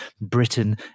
Britain